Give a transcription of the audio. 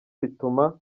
bituma